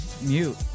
mute